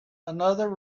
another